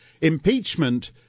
Impeachment